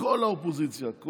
וכל האופוזיציה,